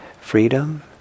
freedom